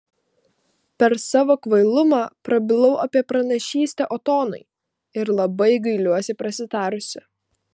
per savo kvailumą prabilau apie pranašystę otonui ir labai gailiuosi prasitarusi